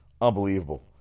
Unbelievable